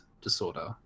disorder